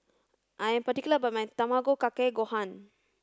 I am particular about my Tamago Kake Gohan